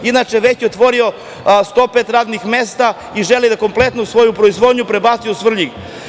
Inače, već je otvorio 105 radnih mesta i želi da kompletnu svoju proizvodnju prebaci u Svrljig.